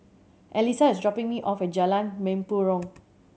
Alissa is dropping me off at Jalan Mempurong